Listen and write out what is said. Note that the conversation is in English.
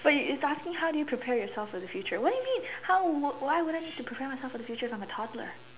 but it's starting how do you prepare yourself for the future what do you mean how why would I have to prepare myself for the future if I'm a toddler